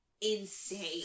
insane